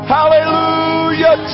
Hallelujah